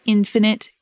infinite